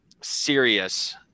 serious